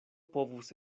povus